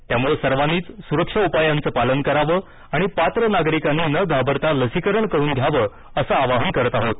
त्यामुळे सर्वांनीच सुरक्षा उपायांच पालन कराव आणि पात्र नागरिकांनी न घाबरता लसीकरण करून घ्यावं असं आवाहन करत आहोत